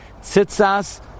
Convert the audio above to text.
Tzitzas